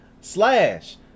slash